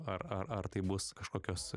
ar ar ar tai bus kažkokios